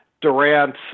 Durant